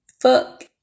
Fuck